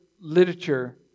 literature